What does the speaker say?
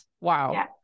Wow